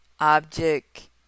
object